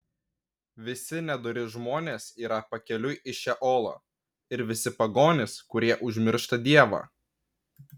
visi nedori žmonės yra pakeliui į šeolą ir visi pagonys kurie užmiršta dievą